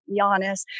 Giannis